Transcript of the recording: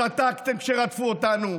שתקתם כשרדפו אותנו,